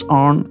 on